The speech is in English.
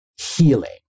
healing